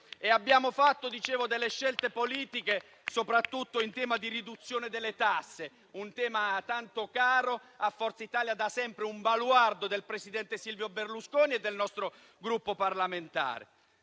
abbiamo fatto scelte politiche, soprattutto in tema di riduzione delle tasse. Si tratta di un tema tanto caro a Forza Italia, che è da sempre un baluardo del presidente Silvio Berlusconi e del nostro Gruppo parlamentare.